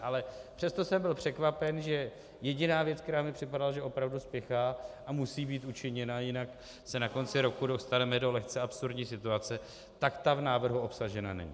Ale přesto jsem byl překvapen, že jediná věc, která mi připadala, že opravdu spěchá a musí být učiněna, jinak se na konci roku dostaneme do lehce absurdní situace, tak ta v návrhu obsažena není.